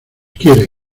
quiere